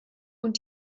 und